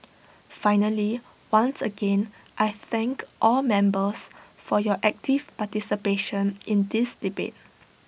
finally once again I thank all members for your active participation in this debate